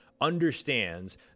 understands